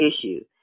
issue